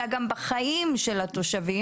אלא גם בחיים של התושבים,